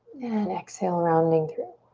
and exhale, rounding through.